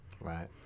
Right